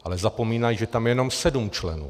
Ale zapomínají, že tam je jenom sedm členů.